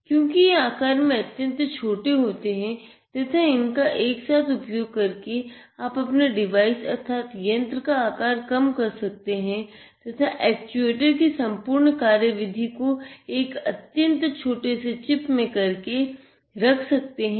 क्योंकि ये आकार में अत्यंत ही छोटे होते हैं तथा इनका एकसाथ उपयोग करके आप अपने डिवाइस अर्थात यंत्र का आकार कम कर सकते हैं तथा एक्चुएटर की सम्पूर्ण कार्यविधि को एक अत्यन्त छोटे से चिप में करके रख सकते हैं